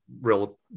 real